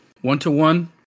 one-to-one